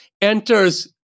enters